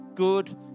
Good